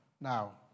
Now